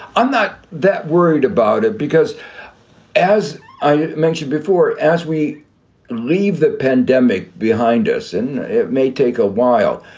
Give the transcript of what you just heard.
i'm not that worried about it because as i mentioned before, as we leave that pandemic behind us, and it may take a while.